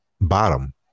bottom